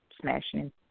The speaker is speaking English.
smashing